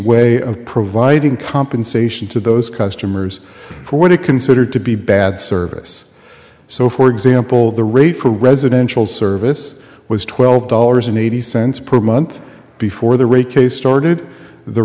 way of providing compensation to those customers for what it considered to be bad service so for example the rate for residential service was twelve dollars and eighty cents per month before the rate case started the